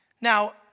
Now